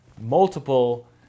multiple